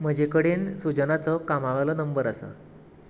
म्हजे कडेन सुजनाचो कामा वेलो नंबर आसा